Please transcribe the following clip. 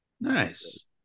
nice